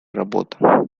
работа